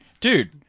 dude